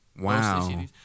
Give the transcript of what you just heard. Wow